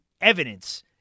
evidence